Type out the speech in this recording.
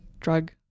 drug